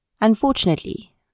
Unfortunately